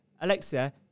Alexa